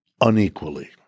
unequally